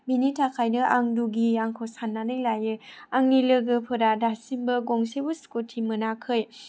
बेनि थाखायनो आं दुगि आंखौ साननानै लायो आंनि लोगोफोरा दासिमबो गंसेबो स्कुटि मोनाखै